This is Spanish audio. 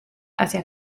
hacia